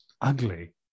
ugly